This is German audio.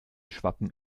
schwappen